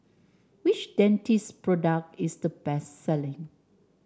which Dentiste product is the best selling